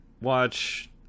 watch